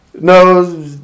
No